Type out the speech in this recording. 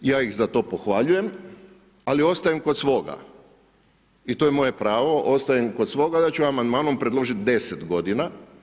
Ja ih za to pohvaljujem, ali ostajem kod svoga i to je moje pravo, ostajem kod svoga da ću amandmanom predložit 10 godina.